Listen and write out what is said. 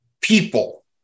people